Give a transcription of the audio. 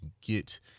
get